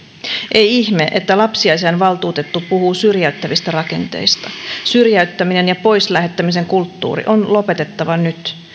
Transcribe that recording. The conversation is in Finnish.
ei ihme että lapsiasiavaltuutettu puhuu syrjäyttävistä rakenteista syrjäyttäminen ja pois lähettämisen kulttuuri on lopetettava nyt